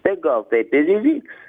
tai gal taip ir įvyks